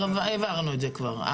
העברנו את זה כבר.